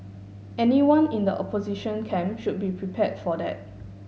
anyone in the opposition camp should be prepared for that